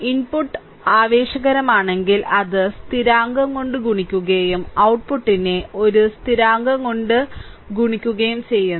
input ആവേശകരമാണെങ്കിൽ അത് സ്ഥിരാങ്കം കൊണ്ട് ഗുണിക്കുകയും ഔട്ട്പുട്ടിനെ ഒരേ സ്ഥിരാങ്കം കൊണ്ട് ഗുണിക്കുകയും ചെയ്യുന്നു